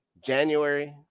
January